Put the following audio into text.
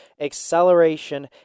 Acceleration